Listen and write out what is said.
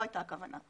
זו הייתה הכוונה.